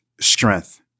strength